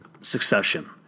succession